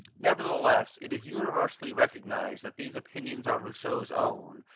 nevertheless, it is universally recognized that these opinions are rousseau's own,